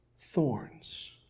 thorns